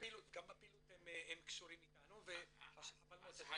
גם אפילו הם קשורים איתנו וחבל מאוד שלא הגיעו.